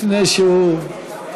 לפני שהוא,